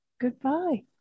Goodbye